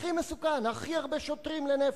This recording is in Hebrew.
הכי מסוכן, הכי הרבה שוטרים לנפש?